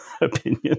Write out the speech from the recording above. opinion